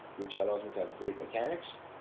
which allows me to have great mechanics.